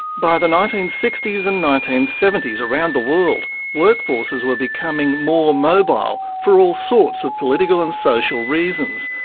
by the nineteen sixty s and nineteen seventy s, around the world workforces were becoming more mobile for all sorts of political and social reasons,